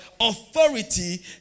authority